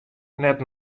net